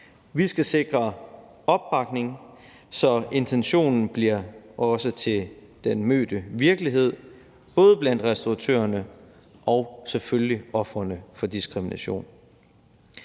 Vi skal sikre opbakning, så intentionen også bliver til den mødte virkelighed, både blandt restauratørerne og selvfølgelig ofrene for diskrimination.